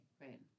Right